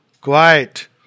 quiet